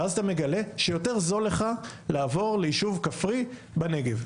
אתה מגלה שיותר זול לך לעבור ליישוב כפרי בנגב.